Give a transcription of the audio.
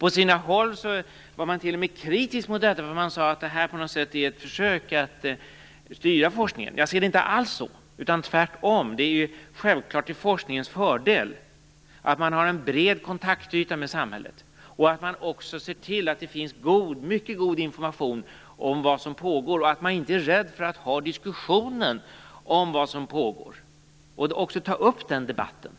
På sina håll var man t.o.m. kritisk mot detta och sade att det på något sätt var ett försök att styra forskningen. Jag ser det inte alls så. Tvärtom är det självklart till forskningens fördel att man har en bred kontaktyta med samhället och också ser till att det finns mycket god information om vad som pågår. Man får inte heller vara rädd för att ha en diskussion om vad som pågår och ta upp den debatten.